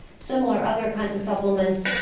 similar other kinds of supplements,